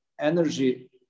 energy